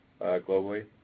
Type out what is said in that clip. globally